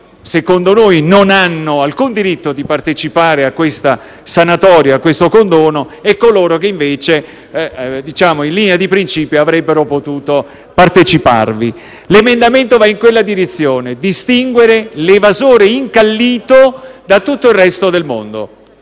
secondo noi non hanno alcun diritto di partecipare a questa sanatoria e a questo condono da coloro che invece, in linea di principio, avrebbero potuto parteciparvi. L'emendamento 1.17 va appunto nella direzione di distinguere l'evasore incallito da tutto il resto del mondo.